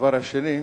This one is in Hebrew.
הדבר השני,